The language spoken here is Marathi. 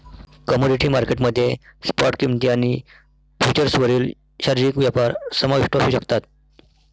कमोडिटी मार्केट मध्ये स्पॉट किंमती आणि फ्युचर्सवरील शारीरिक व्यापार समाविष्ट असू शकतात